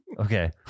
Okay